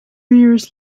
years